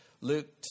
Luke